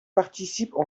participent